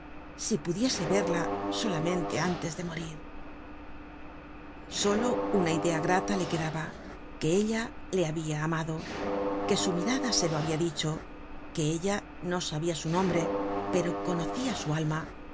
si pudiese verla solamente antes de morir solo una idea grata le quedaba que ella le habia amado que su mirada se lo habia dicho que ella no sabia su nombre pero conocia su alma